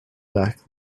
back